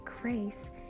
grace